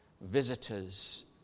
visitors